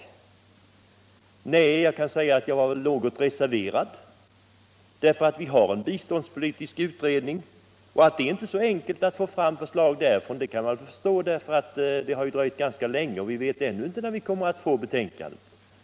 Nej, så var det inte, men jag kan säga att jag var något reserverad diärlör att vi ju har en biståndspolitisk utredning som arbetar. Au det inte är särskilt enkelt att få fram förslag från den kan man väl förstå, eftersom det har dröjt ganska länge sedan den tillsattes men vi ändå inte vet när vi kommer att få betänkandet.